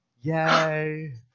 Yay